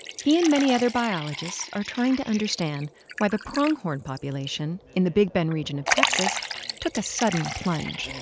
he and many other biologists are trying to understand why the pronghorn population in the big bend region of texas took a sudden plunge.